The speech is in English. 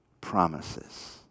promises